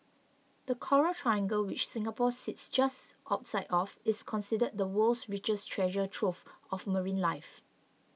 the coral triangle which Singapore sits just outside of is considered the world's richest treasure trove of marine life